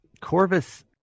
corvus